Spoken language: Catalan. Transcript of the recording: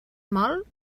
mòlt